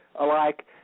alike